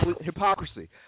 hypocrisy